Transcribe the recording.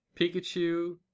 Pikachu